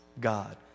God